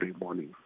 morning